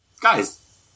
Guys